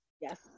yes